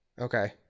Okay